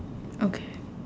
okay